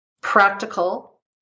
practical